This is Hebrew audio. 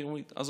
יש